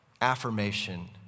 affirmation